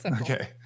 Okay